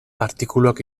artikuluak